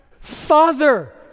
Father